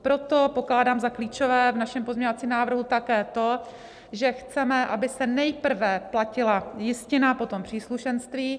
Proto pokládám za klíčové v našem pozměňovacím návrhu také to, že chceme, aby se nejprve platila jistina a potom příslušenství.